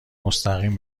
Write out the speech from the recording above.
مستقیم